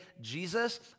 Jesus